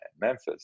Memphis